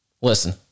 Listen